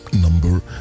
number